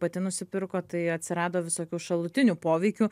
pati nusipirko tai atsirado visokių šalutinių poveikių